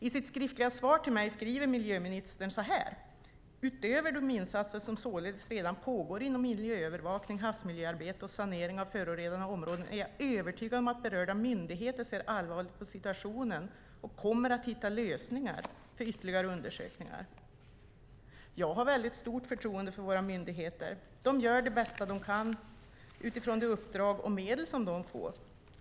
I sitt skriftliga svar till mig skriver miljöministern så här: "Utöver de insatser som således redan pågår inom miljöövervakning, havsmiljöarbete och sanering av förorenade områden är jag övertygad om att berörda myndigheter ser allvarligt på situationen och kommer att hitta lösningar för ytterligare undersökningar." Jag har stort förtroende för våra myndigheter. De gör det bästa de kan utifrån det uppdrag och de medel som de får.